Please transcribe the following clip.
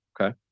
Okay